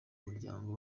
muryango